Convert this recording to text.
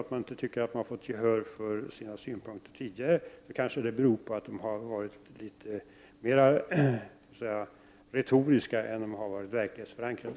Om man inte tycker att man har fått gehör för sina synpunkter tidigare kanske det beror på att de har varit litet mera retoriska än verklighetsförankrade.